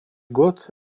год